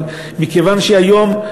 אבל מכיוון שהיום,